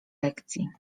lekcji